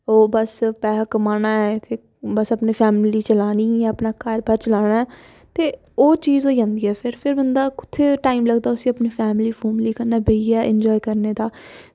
ओह् बस पैसा कमाना ऐ ते बस अपनी फैमिली चलानी ऐ ते अपना घर बाह्र चलाना ऐ ते ओह् चीज होई जंदी फिर बंदा उस्सी कुत्थें टैम लगदा अपनी फैमिली कन्नै बेहियै एंजॉय करने दा